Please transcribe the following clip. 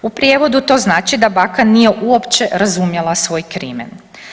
U prijevodu to znači da baka nije uopće razumjela svoj krimen.